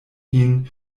ihn